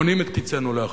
מחשבים את קצנו לאחור.